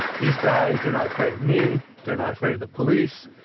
these guys, they're not afraid of me, they're not afraid of the police.